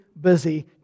busy